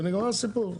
ונגמר הסיפור.